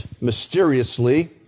mysteriously